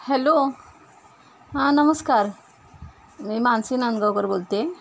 hello हां नमस्कार मी मानसी नांदगावकर बोलते आहे